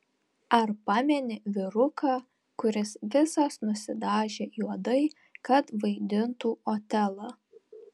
ar pameni vyruką kuris visas nusidažė juodai kad vaidintų otelą